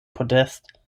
podest